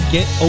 Get